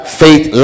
faith